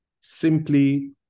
Simply